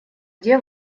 где